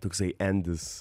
toksai endis